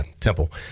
Temple